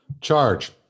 Charge